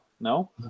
no